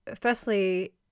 firstly